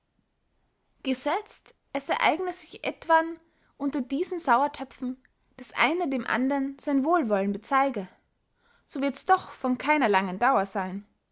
gesetzt es ereigne sich etwann unter diesen sauertöpfen daß einer dem andern sein wohlwollen bezeige so wirds doch von keiner langen dauer seyn